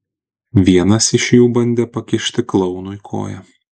vienas iš jų bandė pakišti klounui koją